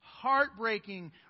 Heartbreaking